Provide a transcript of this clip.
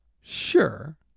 Sure